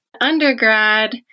undergrad